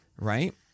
Right